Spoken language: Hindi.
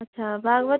अच्छा भगवती क